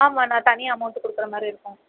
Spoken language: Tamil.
ஆமாண்ணா தனி அமௌண்டு கொடுக்குற மாதிரி இருக்கும்